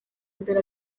mbere